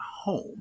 home